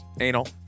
Anal